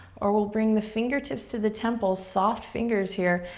or we'll bring the fingertips to the temples, soft fingers here.